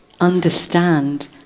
understand